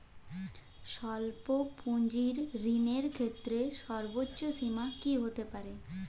স্বল্প পুঁজির ঋণের ক্ষেত্রে সর্ব্বোচ্চ সীমা কী হতে পারে?